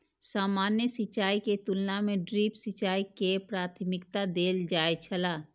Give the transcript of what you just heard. सामान्य सिंचाई के तुलना में ड्रिप सिंचाई के प्राथमिकता देल जाय छला